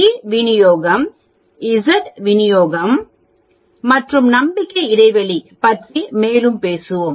D விநியோகம் Z விநியோகம் மற்றும் நம்பிக்கை இடைவெளி பற்றி மேலும் பேசுவோம்